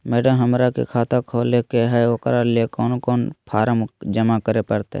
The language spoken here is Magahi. मैडम, हमरा के खाता खोले के है उकरा ले कौन कौन फारम जमा करे परते?